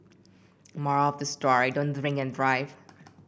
moral of the story don't drink and drive